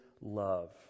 love